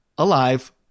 Alive